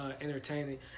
entertaining